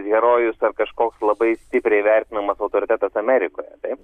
herojus kažkoks labai stipriai vertinamas autoritetas amerikoje taip